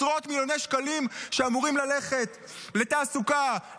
עשרות מיליוני שקלים שאמורים ללכת לתעסוקה,